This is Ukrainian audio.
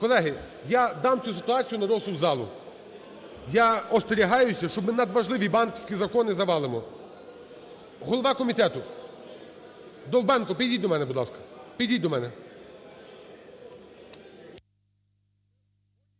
Колеги, я дам цю ситуацію на розсуд залу. Я остерігаюся, що ми надважливі банківські закони завалимо. Голова комітетуДовбенко, підійдіть до мене, будь ласка,